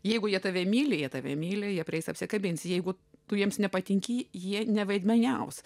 jeigu jie tave myli jie tave myli jie prieis apsikabins jeigu tu jiems nepatinki jie neveidmainiaus